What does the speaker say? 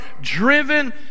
driven